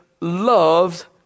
loves